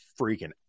freaking